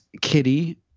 Kitty